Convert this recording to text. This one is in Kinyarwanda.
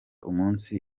umunsi